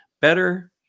Better